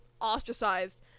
ostracized